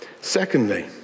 Secondly